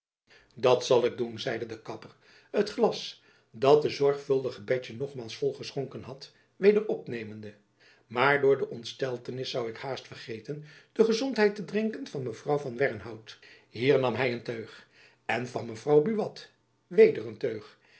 dat zal ik doen zeide de kapper het glas dat de zorgvuldige betjen nogmaals vol geschonken had weder opnemende maar door de ontsteltenis zoû ik haast vergeten de gezondheid te drinken van mevrouw van wernhout hier nam hy een teug en van mevrouw buat weder een teug